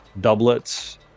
doublets